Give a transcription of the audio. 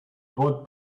bought